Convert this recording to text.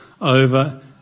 over